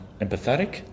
empathetic